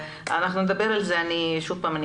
שוב פעם,